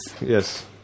Yes